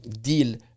deal